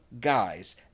guys